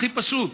הכי פשוט,